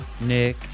Nick